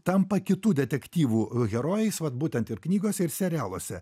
tampa kitų detektyvų herojais vat būtent ir knygose ir serialuose